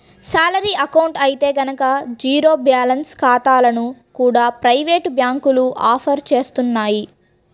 salary account అయితే గనక zero balance ఖాతాలను కూడా ప్రైవేటు బ్యాంకులు ఆఫర్ చేస్తున్నాయి